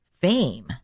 fame